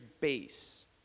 base